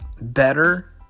better